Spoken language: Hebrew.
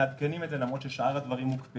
מעדכנים את זה, למרות שיתר הדברים הוקפאו.